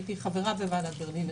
הייתי חברה בוועדת ברלינר,